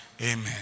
amen